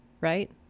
right